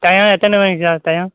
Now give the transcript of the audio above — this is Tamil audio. டயம் எத்தனை மணிக்கு சார் டயம்